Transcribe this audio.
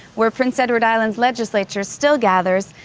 where prince edward island's legislature still gathers,